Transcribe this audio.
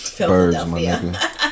Philadelphia